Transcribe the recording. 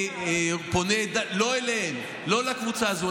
לא אליהם, לא לקבוצה הזו.